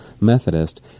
Methodist